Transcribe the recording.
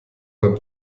beim